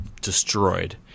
destroyed